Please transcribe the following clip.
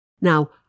Now